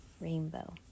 rainbow